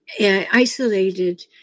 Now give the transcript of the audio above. isolated